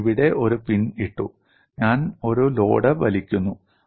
ഞാൻ ഇവിടെ ഒരു പിൻ ഇട്ടു ഞാൻ ഒരു ലോഡ് വലിക്കുന്നു